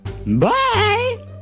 Bye